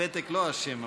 הפתק לא אשם,